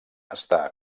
està